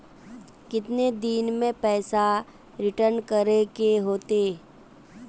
कितने दिन में पैसा रिटर्न करे के होते?